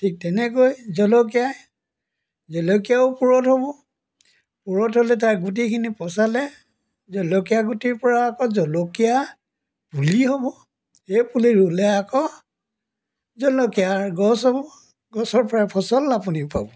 ঠিক তেনেকৈ জলকীয়াই জলকীয়াও পুৰঠ হ'ব পুৰঠ হ'লে তাৰ গুটিখিনি পচালে জলকীয়া গুটিৰ পৰা আকৌ জলকীয়া পুলি হ'ব সেই পুলি ৰুলে আকৌ জলকীয়াৰ গছ হ'ব গছৰ পৰা ফচল আপুনি পাব